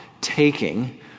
taking